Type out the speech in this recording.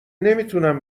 نمیتونم